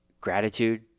gratitude